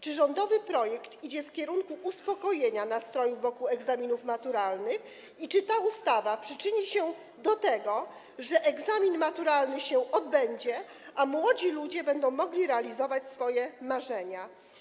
Czy rządowy projekt idzie w kierunku uspokojenia nastrojów wokół egzaminów maturalnych i czy ta ustawa przyczyni się do tego, że egzamin maturalny się odbędzie, a młodzi ludzie będą mogli realizować swoje marzenia?